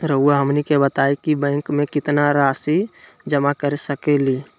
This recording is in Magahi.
रहुआ हमनी के बताएं कि बैंक में कितना रासि जमा कर सके ली?